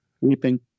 weeping